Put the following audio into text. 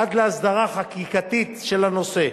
עד להסדרה חקיקתית של הנושא,